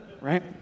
right